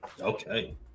Okay